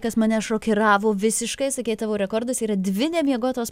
kas mane šokiravo visiškai sakei tavo rekordas yra dvi nemiegotos